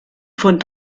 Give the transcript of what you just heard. von